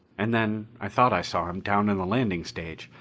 and then i thought i saw him down on the landing stage,